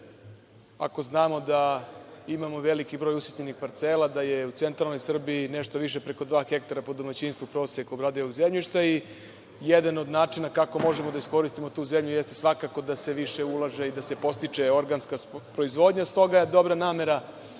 ako znamo da imamo veliki broj usitnjenih parcela, da je u centralnoj Srbiji nešto više preko 2 ha, po domaćinstvu prosek obradivog zemljišta i jedan od načina kako možemo da iskoristimo tu zemlju jeste svakako da se više ulaže i da se podstiče organska proizvodnja. S toga je dobra namera